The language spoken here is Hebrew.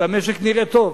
והמשק נראה טוב.